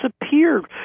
disappeared